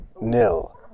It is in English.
nil